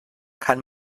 kann